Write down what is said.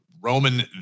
Roman